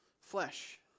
flesh